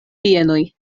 bienoj